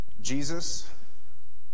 Jesus